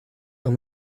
auch